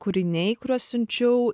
kūriniai kuriuos siunčiau